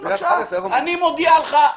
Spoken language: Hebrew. אני מודיע לך,